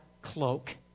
cloak